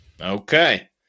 Okay